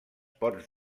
pots